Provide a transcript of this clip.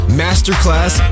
masterclass